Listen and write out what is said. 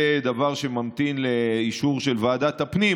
זה דבר שממתין לאישור של ועדת הפנים,